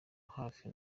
hafi